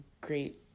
great